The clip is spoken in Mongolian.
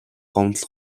гомдол